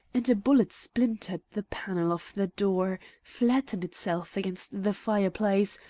and a bullet splintered the panel of the door, flattened itself against the fireplace,